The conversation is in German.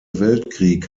weltkrieg